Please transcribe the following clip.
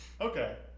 Okay